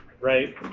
right